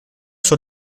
sur